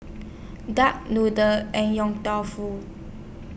Duck Noodle and Yong Tau Foo